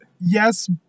Yes